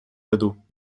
году